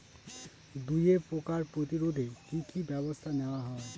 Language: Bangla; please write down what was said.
দুয়ে পোকার প্রতিরোধে কি কি ব্যাবস্থা নেওয়া হয়?